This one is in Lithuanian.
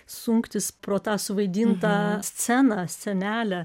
sunktis pro tą suvaidintą sceną scenelę